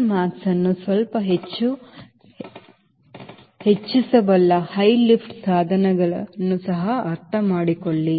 CLmax ಅನ್ನು ಸ್ವಲ್ಪ ಹೆಚ್ಚು ಹೆಚ್ಚಿಸಬಲ್ಲ ಹೈ ಲಿಫ್ಟ್ ಸಾಧನಗಳನ್ನು ಸಹ ಅರ್ಥಮಾಡಿಕೊಳ್ಳಿ